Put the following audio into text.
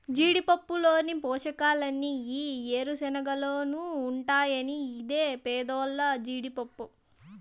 జీడిపప్పులోని పోషకాలన్నీ ఈ ఏరుశనగలోనూ ఉంటాయి ఇది పేదోల్ల జీడిపప్పు